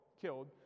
killed